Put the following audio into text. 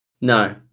No